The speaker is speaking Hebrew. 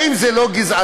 האם זה לא גזענות?